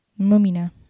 Mumina